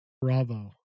Bravo